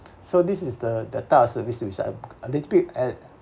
so this is the the type of service which are a little bit err